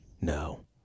No